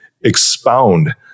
expound